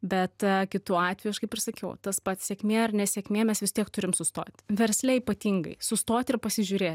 bet kitu atveju aš kaip ir sakiau tas pats sėkmė ar nesėkmė mes vis tiek turim sustot versle ypatingai sustoti ir pasižiūrėt